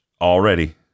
already